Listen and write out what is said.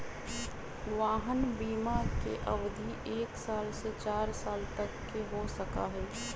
वाहन बिमा के अवधि एक साल से चार साल तक के हो सका हई